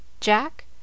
jack